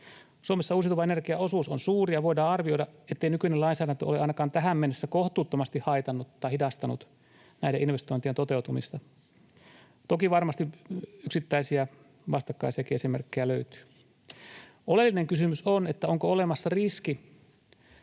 Suomessa uusiutuvan energian osuus on suuri, ja voidaan arvioida, ettei nykyinen lainsäädäntö ole ainakaan tähän mennessä kohtuuttomasti haitannut tai hidastanut näiden investointien toteutumista — toki varmasti yksittäisiä vastakkaisiakin esimerkkejä löytyy. Oleellinen kysymys on, onko olemassa riski,